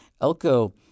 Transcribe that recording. Elko